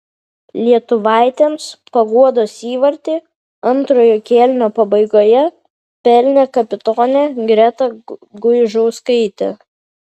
lietuvaitėms paguodos įvartį antrojo kėlinio pabaigoje pelnė kapitonė greta guižauskaitė